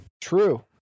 True